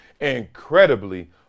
incredibly